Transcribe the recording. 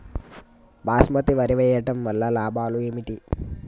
బాస్మతి వరి వేయటం వల్ల లాభాలు ఏమిటి?